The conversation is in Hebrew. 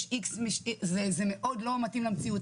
איקס משתתפים זה מאוד לא מתאים למציאות.